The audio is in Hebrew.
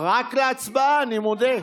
רק להצבעה, אני מודה.